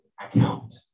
account